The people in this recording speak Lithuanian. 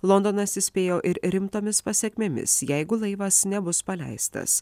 londonas įspėjo ir rimtomis pasekmėmis jeigu laivas nebus paleistas